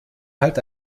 halt